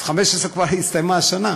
אז 15', כבר הסתיימה השנה,